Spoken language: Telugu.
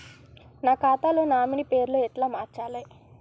నా ఖాతా లో నామినీ పేరు ఎట్ల మార్చాలే?